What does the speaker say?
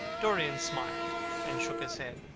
dorian smiled and shook his head